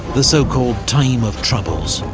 the so-called time of troubles.